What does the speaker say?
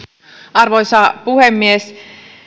arvoisa puhemies